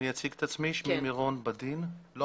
אני